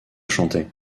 chanter